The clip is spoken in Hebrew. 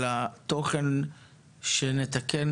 אלא תוכן שנתקן